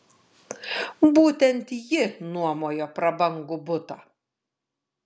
būtent ji nuomojo prabangų butą